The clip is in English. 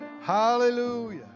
Hallelujah